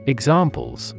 Examples